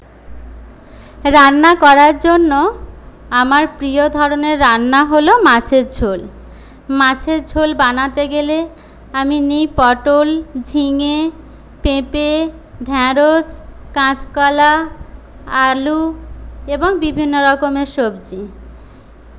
রান্না করার জন্য আমার প্রিয় ধরনের রান্না হলো মাছের ঝোল মাছের ঝোল বানাতে গেলে আমি নিই পটল ঝিঙে পেঁপে ঢ্যাঁড়শ কাঁচকলা আলু এবং বিভিন্ন রকমের সবজি